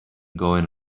going